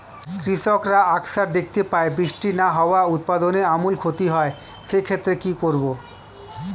কৃষকরা আকছার দেখতে পায় বৃষ্টি না হওয়ায় উৎপাদনের আমূল ক্ষতি হয়, সে ক্ষেত্রে কি করব?